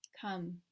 come